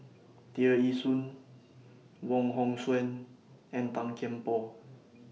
Tear Ee Soon Wong Hong Suen and Tan Kian Por